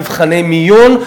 מבחני מיון,